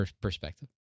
perspective